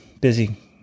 busy